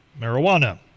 marijuana